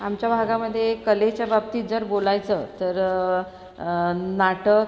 आमच्या भागामध्ये कलेच्या बाबतीत जर बोलायचं तर नाटक